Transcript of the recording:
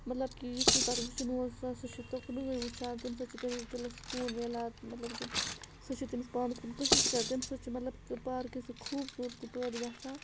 مطلب کہِ یُس یہِ تَتھ وٕچھُن اوس سُہ ہسا چھُ تُکنُے وٕچھان تمہِ سۭتۍ چھِ تٔمِس دِلَس سکوٗن مِلان مطلب کہِ سُہ چھِ تٔمِس پانَس کُن کشِش کَران تٔمہِ سۭتۍ چھِ مطلب پارکہِ سۭتۍ خوٗبصوٗرتی پٲدٕ گَژھان